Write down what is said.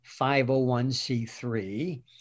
501c3